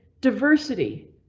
diversity